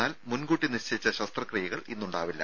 എന്നാൽ മുൻകൂട്ടി നിശ്ചയിച്ച ശസ്ത്രക്രിയകൾ ഇന്ന് ഉണ്ടാവില്ല